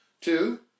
Two